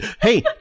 Hey